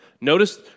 Notice